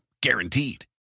Guaranteed